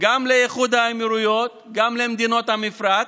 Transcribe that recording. גם לאיחוד האמירויות, גם למדינות המפרץ,